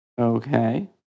Okay